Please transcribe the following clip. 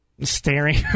staring